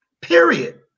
period